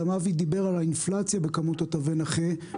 גם אבי דיבר על האינפלציה בכמות תווי הנכה,